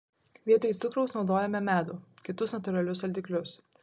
vietoj cukraus naudojame medų kitus natūralius saldiklius